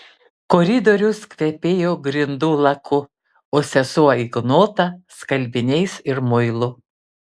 koridorius kvepėjo grindų laku o sesuo ignota skalbiniais ir muilu